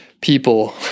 people